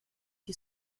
die